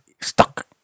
stuck